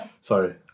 Sorry